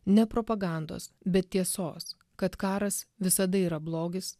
ne propagandos bet tiesos kad karas visada yra blogis